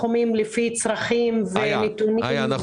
לפי צרכים ונתונים.